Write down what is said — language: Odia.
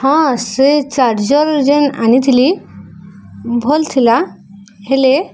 ହଁ ସେ ଚାର୍ଜର ଯେନ୍ ଆଣିଥିଲି ଭଲ୍ ଥିଲା ହେଲେ